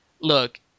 look